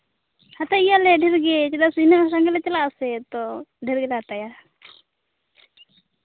ᱦᱟᱛᱟᱣ ᱜᱮᱭᱟᱞᱮ ᱰᱷᱮᱨ ᱜᱮ ᱪᱮᱫᱟᱜ ᱥᱮ ᱤᱱᱟᱹᱜ ᱥᱟᱸᱜᱮ ᱞᱮ ᱪᱟᱞᱟᱜᱼᱟ ᱥᱮ ᱛᱚ ᱰᱷᱮᱨ ᱜᱮᱞᱮ ᱦᱟᱛᱟᱣᱟ